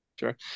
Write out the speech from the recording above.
Sure